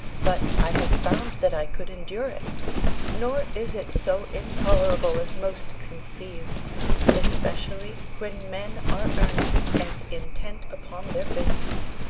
but i have found that i could endure it nor is it so intolerable as most conceive especially when men are earnest, and intent upon their business,